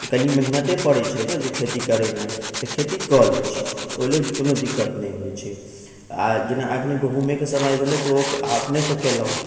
कनी मेहनते पड़ैत छै ने जे खेती करयमे तऽ खेती कऽ लैत छी ओहि लेल कोनो दिक्कत नहि होइत छै आ जेना आदमीके घूमयके समय भेलै तऽ ओ अपनेसँ कयलक